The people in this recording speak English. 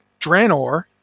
Draenor